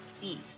thief